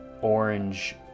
orange